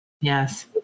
Yes